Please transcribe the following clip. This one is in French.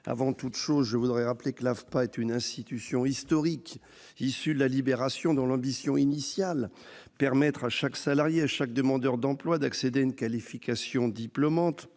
Avant tout, je rappelle que l'AFPA est une institution historique issue de la Libération, dont l'ambition initiale- permettre à chaque salarié, à chaque demandeur d'emploi d'accéder à une qualification diplômante